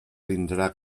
tindrà